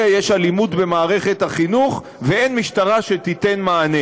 יש אלימות במערכת החינוך ואין משטרה שתיתן מענה,